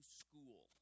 school